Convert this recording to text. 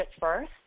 first